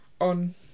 on